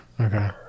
Okay